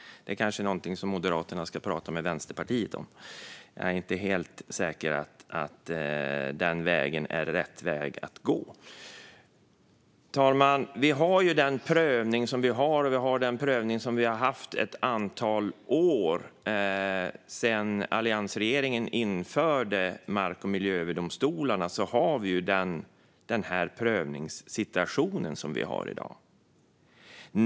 Det är kanske någonting som Moderaterna ska prata med Vänsterpartiet om. Jag är inte helt säker på att det är rätt väg att gå. Herr talman! Vi har den prövning som vi har och som vi har haft ett antal år. Sedan alliansregeringen införde mark och miljödomstolarna har vi den prövningssituation som vi har i dag.